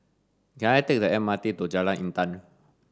can I take the M R T to Jalan Intan